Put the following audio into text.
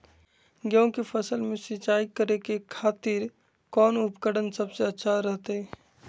गेहूं के फसल में सिंचाई करे खातिर कौन उपकरण सबसे अच्छा रहतय?